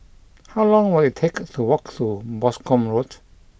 how long will it take to walk to Boscombe Road